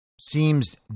seems